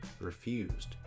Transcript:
refused